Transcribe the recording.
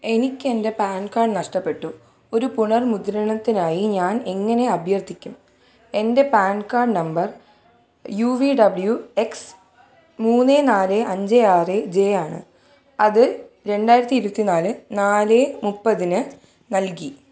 എനിക്കെൻ്റെ PAN card നഷ്ടപ്പെട്ടു ഒരു പുനർമുദ്രണത്തിനായി ഞാൻ എങ്ങനെ അഭ്യർത്ഥിക്കും എൻ്റെ PAN card number U V W X മൂന്ന് നാല് അഞ്ച് ആറ് ജെ ആണ് അത് രണ്ടായിരത്തി ഇരുപത്തി നാല് നാല് മുപ്പതിന് നൽകി